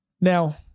Now